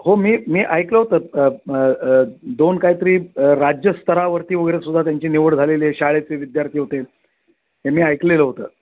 हो मी मी ऐकलं होतं दोन काहीतरी राज्यस्तरावरती वगैरे सुद्धा त्यांची निवड झालेली आहे शाळेचे विद्यार्थी होते हे मी ऐकलेलं होतं